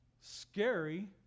scary